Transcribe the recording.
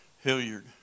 Hilliard